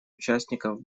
участников